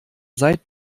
seit